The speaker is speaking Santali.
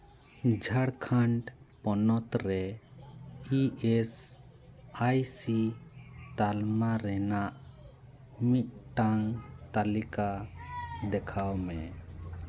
ᱡᱷᱟᱲᱠᱷᱚᱸᱰ ᱯᱚᱱᱚᱛ ᱨᱮ ᱤ ᱮᱥ ᱟᱭ ᱥᱤ ᱛᱟᱞᱢᱟ ᱨᱮᱱᱟᱜ ᱢᱤᱫᱴᱟᱝ ᱛᱟᱹᱞᱤᱠᱟ ᱫᱮᱠᱷᱟᱣ ᱢᱮ